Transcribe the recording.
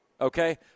Okay